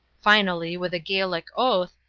finally, with a gaelic oath,